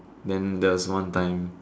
then there was one time